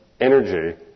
energy